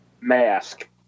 Mask